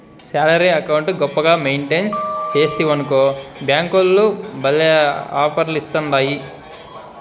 salary account గొప్పగా maintain సేస్తివనుకో బ్యేంకోల్లు భల్లే ఆపర్లిస్తాండాయి